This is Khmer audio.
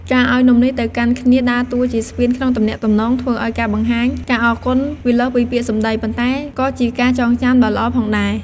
ការឱ្យនំំនេះទៅកាន់គ្នាដើរតួជាស្ពានក្នុងទំនាក់ទំនង ធ្វើឱ្យការបង្ហាញការអរគុណវាលើសពីពាក្យសម្ដី ប៉ុន្តែក៏ជាការចងចាំដ៏ល្អផងដែរ។